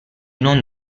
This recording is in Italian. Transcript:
non